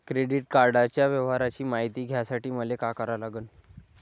Credit कार्डाच्या व्यवहाराची मायती घ्यासाठी मले का करा लागन?